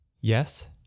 Yes